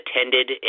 attended